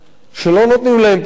שלא נתנו להם פתרונות,